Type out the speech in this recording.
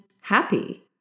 happy